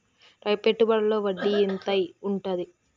పెట్టుబడుల లో వడ్డీ ఎంత ఉంటది?